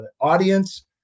audience